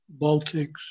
Baltics